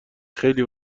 خیلی